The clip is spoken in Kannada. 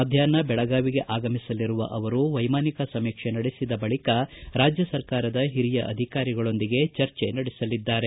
ಮಧ್ವಾಷ್ನ ಬೆಳಗಾವಿಗೆ ಆಗಮಿಸಲಿರುವ ಅವರು ವೈಮಾನಿಕ ಸಮೀಕ್ಷೆ ನಡೆಸಿದ ಬಳಿಕ ರಾಜ್ಯ ಸರ್ಕಾರದ ಹಿರಿಯ ಅಧಿಕಾರಿಗಳೊಂದಿಗೆ ಚರ್ಚೆ ನಡೆಸಲಿದ್ದಾರೆ